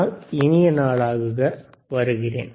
இந்த நாள் இனிய நாள் ஆகுக